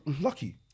lucky